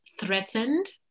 threatened